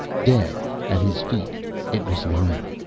dead at his feet it was lying.